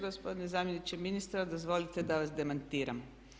Gospodine zamjeniče ministra dozvolite da vas demantiram.